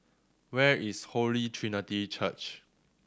where is Holy Trinity Church